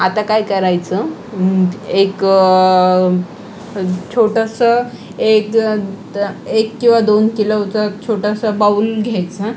आता काय करायचं एक छोटंसं एक जर तर एक किंवा दोन किलोचं छोटंसं बाऊल घ्यायचा